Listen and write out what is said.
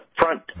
front